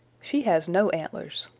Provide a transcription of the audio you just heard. she has no antlers.